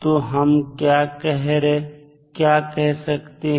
तो हम क्या कह सकते हैं